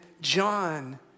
John